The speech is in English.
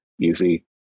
easy